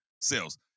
sales